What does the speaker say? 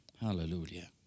Hallelujah